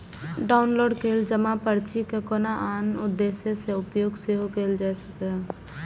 download कैल जमा पर्ची के कोनो आन उद्देश्य सं उपयोग सेहो कैल जा सकैए